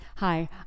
Hi